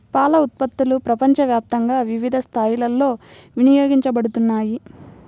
పాల ఉత్పత్తులు ప్రపంచవ్యాప్తంగా వివిధ స్థాయిలలో వినియోగించబడుతున్నాయి